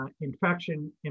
infection